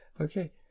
Okay